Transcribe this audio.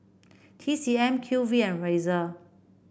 T C M Q V and Razer